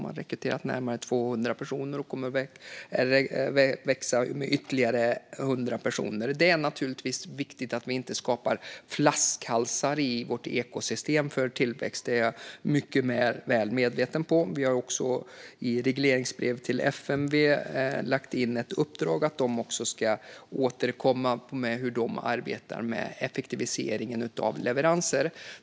De har rekryterat närmare 200 personer och kommer att växa med ytterligare 100 personer. Det är naturligtvis viktigt att vi inte skapar flaskhalsar i vårt ekosystem för tillväxt. Det är jag mycket väl medveten om. Vi har också i regleringsbrev till FMV lagt in ett uppdrag att de också ska återkomma med hur de arbetar med effektiviseringen av leveranser.